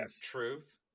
truth